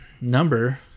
number